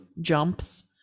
jumps